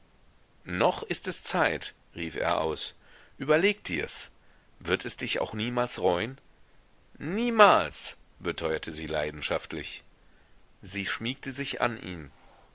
noch ist es zeit rief er aus überleg dirs wird es dich auch niemals reuen niemals beteuerte sie leidenschaftlich sie schmiegte sich an ihn